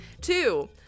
Two